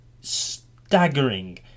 staggering